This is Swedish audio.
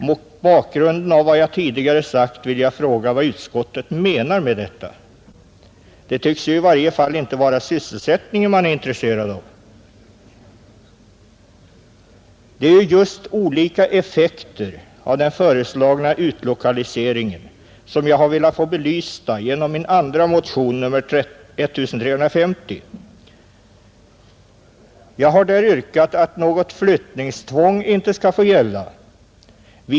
Mot bakgrunden av vad jag tidigare sagt vill jag fråga vad utskottet menar med detta. Det tycks i varje fall inte vara sysselsättningen som man är intresserad av, Det är just olika effekter av den föreslagna utlokaliseringen som jag har velat få belysta genom min andra motion, nr 1350. Jag har där yrkat att något flyttningstvång inte skall få gälla.